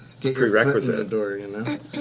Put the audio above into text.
prerequisite